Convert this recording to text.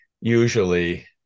usually